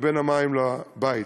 לבין המים לבית.